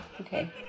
okay